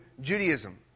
Judaism